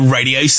Radio